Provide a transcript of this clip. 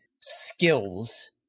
skills